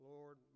Lord